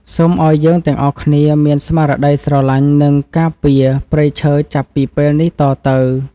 សូមឱ្យយើងទាំងអស់គ្នាមានស្មារតីស្រឡាញ់ និងការពារព្រៃឈើចាប់ពីពេលនេះតទៅ។